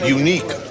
unique